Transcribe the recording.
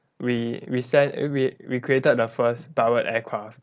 we we sent we we created the first powered aircraft